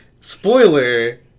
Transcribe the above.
Spoiler